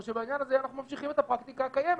או שבעניין הזה אנחנו ממשיכים את הפרקטיקה הקיימת?